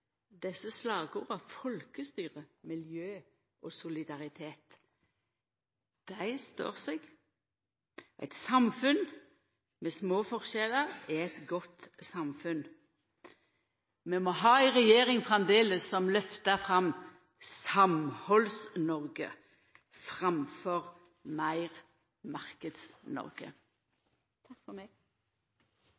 miljø og solidaritet» står seg. Eit samfunn med små forskjellar er eit godt samfunn. Vi må ha ei regjering framleis som løftar fram Samhalds-Noreg framfor